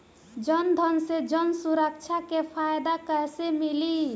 जनधन से जन सुरक्षा के फायदा कैसे मिली?